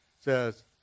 says